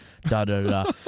da-da-da